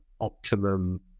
optimum